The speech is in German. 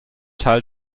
teil